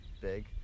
big